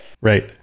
right